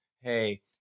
hey